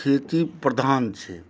खेती प्रधान छै